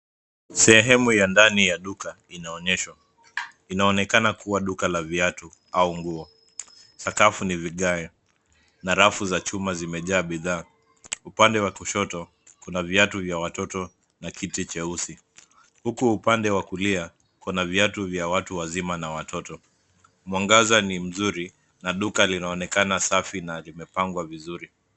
Sehemu ya ndani ya duka inaonyeshwa. Inaonekana kuwa duka la viatu, au nguo. Sakafu ni vigae, na rafu za chuma zimejaa bidhaa. Upande wa kushoto, kuna viatu vya watoto, na kiti cheusi. Huku upande wa kulia, kuna viatu vya watu wazima na watoto. Mwangaza ni mzuri, na duka linaonekana safi na limepangwa vizuri.